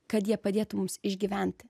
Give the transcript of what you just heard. kad jie padėtų mums išgyventi